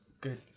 Good